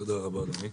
תודה רבה, אדוני.